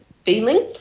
feeling